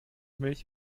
milch